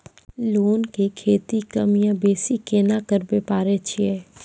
Loan के किस्ती कम या बेसी केना करबै पारे छियै?